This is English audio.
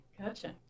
Gotcha